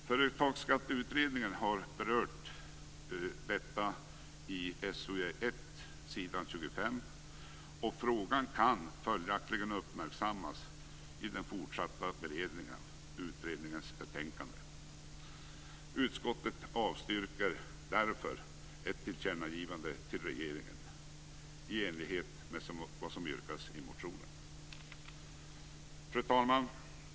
Företagsskatteutredningen har berört detta på s. 25 i SOU 1998:1, och frågan kan följaktligen uppmärksammas i den fortsatta beredningen av utredningens betänkande. Utskottet avstyrker därför ett tillkännagivande till regeringen i enlighet med vad som yrkas i motionen. Fru talman!